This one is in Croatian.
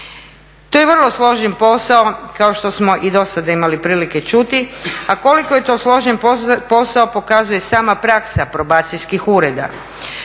to je vrlo složen posao kao što smo i dosada imali prilike čuti. A koliko je to složen posao pokazuje sama praksa probacijskih ureda.